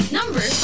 Number